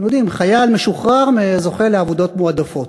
אתם יודעים, חייל משוחרר זוכה לעבודות מועדפות.